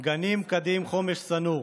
גנים, כדים, חומש, שא-נור.